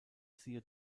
siehe